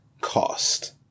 cost